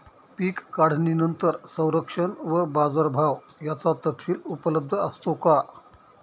पीक काढणीनंतर संरक्षण व बाजारभाव याचा तपशील उपलब्ध असतो का?